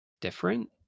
different